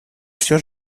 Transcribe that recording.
все